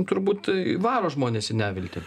turbūt varo žmones į neviltį